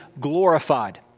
glorified